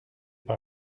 par